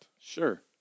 Sure